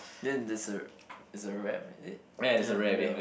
then there's a it's a wrap is it ya the wrap one